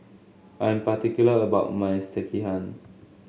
I am particular about my Sekihan